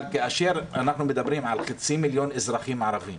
אבל כאשר אנחנו מדברים על חצי מיליון אזרחים ערבים